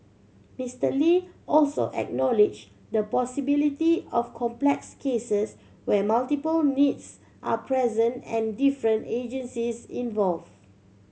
Mister Lee also acknowledge the possibility of complex cases where multiple needs are present and different agencies involve